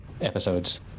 episodes